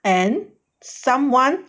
and someone